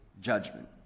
judgment